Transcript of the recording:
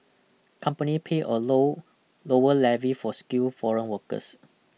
company pay a low lower levy for skilled foreign workers